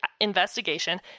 investigation